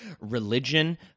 religion